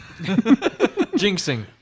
Jinxing